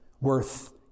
worth